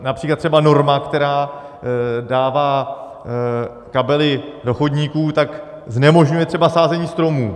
Například třeba norma, která dává kabely do chodníků, znemožňuje třeba sázení stromů.